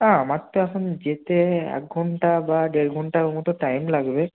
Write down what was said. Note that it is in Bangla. না আমার তো এখন যেতে এক ঘন্টা বা দেড় ঘন্টার মতো টাইম লাগবে